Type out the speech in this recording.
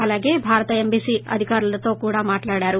అలాగే భారత ఎంబసీ అధికారులతో కూడా మాట్లాడారు